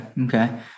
okay